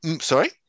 Sorry